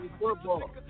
football